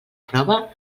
prova